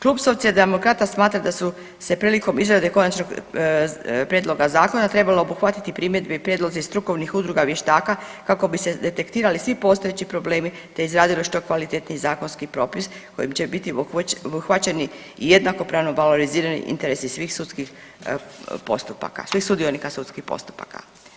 Klub Socijaldemokrata smatra da su se prilikom izrade konačnog prijedloga zakona trebale obuhvatiti primjedbe i prijedlozi strukovnih udruga vještaka kako bi se detektirali svi postojeći problemi te izradilo što kvalitetniji zakonski propis kojim će biti obuhvaćeni jednakopravno valorizirani interesi svih sudskih postupaka, svih sudionika sudskih postupaka.